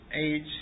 age